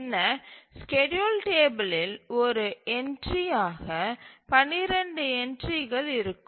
பின்னர் ஸ்கேட்யூல் டேபிளில் ஒரு என்ட்றி ஆக 12 என்ட்றிகள் இருக்கும்